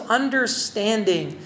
understanding